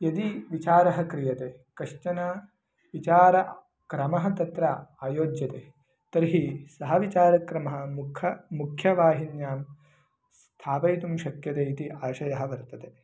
यदि विचारः क्रियते कश्चन विचारक्रमः तत्र आयोज्यते तर्हि सः विचारक्रमः मुख मुख्यवाहिन्यां स्थापयितुं शक्यते इति आशयः वर्तते